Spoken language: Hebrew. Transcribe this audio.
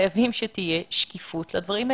חייבים שתהיה שקיפות לדברים האלה.